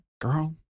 Girl